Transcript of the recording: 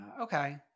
Okay